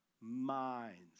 Minds